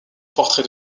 portrait